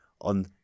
on